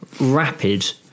rapid